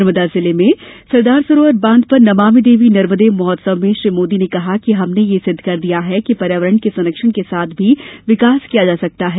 नर्मदा जिले में सरदार सरोवर बांध पर नमामि देवी नर्मदे महोत्सव में श्री मोदी ने कहा कि हमने यह सिद्ध कर दिया है कि पर्यावरण के संरक्षण के साथ भी विकास किया जा सकता है